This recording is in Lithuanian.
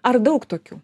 ar daug tokių